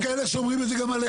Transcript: יש כאלה שאומרים את זה גם עליך,